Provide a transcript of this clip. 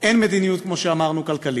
אין מדיניות כלכלית,